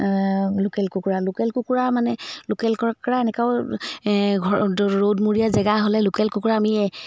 local কুকুৰা local কুকুৰা মানে লোকেল কুকুৰা এনেকুৱাও ৰ'দমূৰীয়া জেগা হ'লে লোকেল কুকুৰা আমি